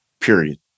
period